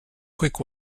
quick